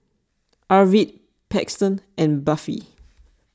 Arvid Paxton and Buffy